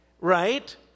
right